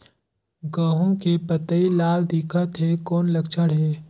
गहूं के पतई लाल दिखत हे कौन लक्षण हे?